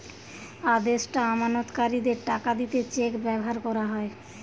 আদেষ্টা আমানতকারীদের টাকা দিতে চেক ব্যাভার কোরা হয়